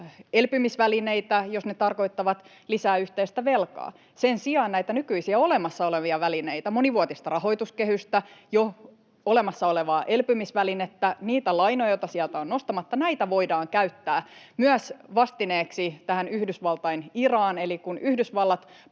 elpymisvälineitä, jos ne tarkoittavat lisää yhteistä velkaa. Sen sijaan näitä nykyisiä, olemassa olevia välineitä — monivuotista rahoituskehystä, jo olemassa olevaa elpymisvälinettä, niitä lainoja, joita sieltä on nostamatta — voidaan käyttää myös vastineeksi tähän Yhdysvaltain IRAan. Eli kun Yhdysvallat